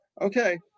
Okay